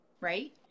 right